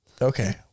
Okay